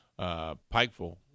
Pikeville